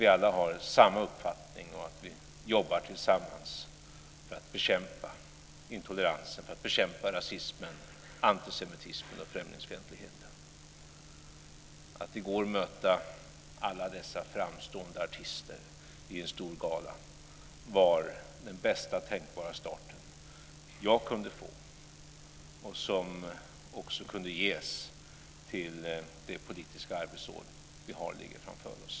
Vi har alla samma uppfattning, och vi jobbar tillsammans för att bekämpa intoleransen, rasismen, antisemitismen och främlingsfientligheten. Att i går möta alla dessa framstående artister i en stor gala var den bästa tänkbara start som jag kunde få och som också kunde ges för det politiska arbetsår vi har liggande framför oss.